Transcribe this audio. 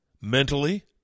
mentally